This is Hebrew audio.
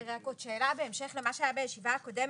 ורק עוד שאלה, בהמשך למה שהיה בישיבה הקודמת.